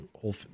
whole